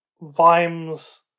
Vimes